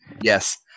Yes